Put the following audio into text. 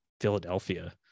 Philadelphia